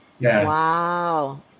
Wow